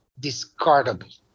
discardable